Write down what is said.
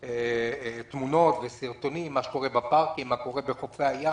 בתמונות ובסרטונים מה שקורה בפארקים ובחופי הים.